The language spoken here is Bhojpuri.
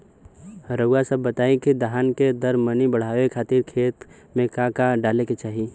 रउआ सभ बताई कि धान के दर मनी बड़ावे खातिर खेत में का का डाले के चाही?